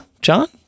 john